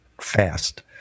fast